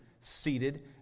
seated